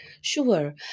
Sure